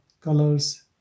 colors